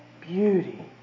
beauty